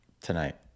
tonight